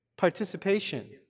participation